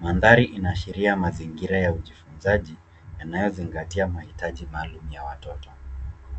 Mandhari inaashiira mazingira ya ujifunzaji yanayozingatia mahitaji maalumu ya watoto.